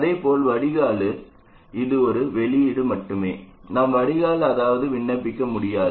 இதேபோல் வடிகால் அது ஒரு வெளியீடு மட்டுமே நாம் வடிகால் ஏதாவது விண்ணப்பிக்க முடியாது